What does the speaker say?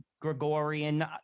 Gregorian